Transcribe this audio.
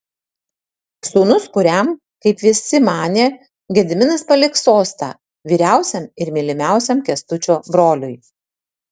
sūnus kuriam kaip visi manė gediminas paliks sostą vyriausiam ir mylimiausiam kęstučio broliui